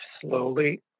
slowly